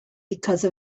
because